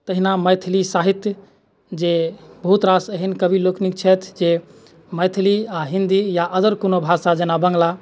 तहिना मैथिली साहित्य जे बहुत रास एहन कवि लोकनिक छथि जे मैथिली आओर हिन्दी या अदर कोनो भाषा जेना बाङ्गला